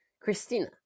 Christina